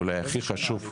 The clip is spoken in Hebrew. הראשון, אולי הכי חשוב.